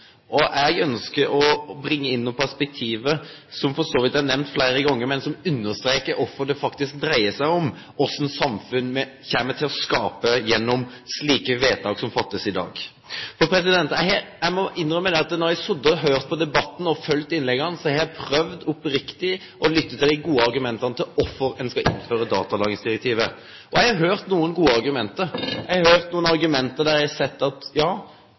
generasjon. Jeg ønsker å bringe inn noen perspektiver, som for så vidt er nevnt flere ganger, men som understreker hvorfor det faktisk dreier seg om hva slags samfunn vi kommer til å skape gjennom slike vedtak som fattes i dag. Jeg må innrømme at når jeg har sittet og hørt på debatten og fulgt innleggene, har jeg prøvd oppriktig å lytte til de gode argumentene for hvorfor en skal innføre datalagringsdirektivet. Og jeg har hørt noen gode argumenter. Jeg har hørt noen argumenter der jeg har sett at